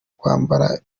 kwambara